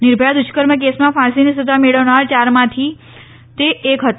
નિર્ભયા દુષ્કર્મ કેસમાં ફાંસીની સજા મેળવનાર યાર માંથી તે એક હતો